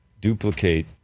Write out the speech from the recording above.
duplicate